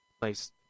place